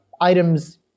items